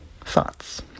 Thoughts